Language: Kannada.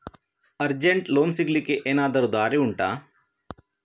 ಅರ್ಜೆಂಟ್ಗೆ ಲೋನ್ ಸಿಗ್ಲಿಕ್ಕೆ ಎನಾದರೂ ದಾರಿ ಉಂಟಾ